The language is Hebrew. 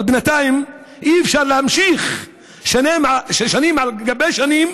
אבל בינתיים אי-אפשר להמשיך שנים על גבי שנים